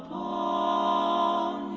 um oh